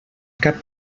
cap